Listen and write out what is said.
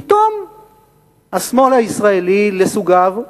פתאום השמאל הישראלי לסוגיו,